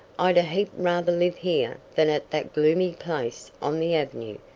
i'd a heap rather live here than at that gloomy place on the avenue.